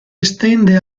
estende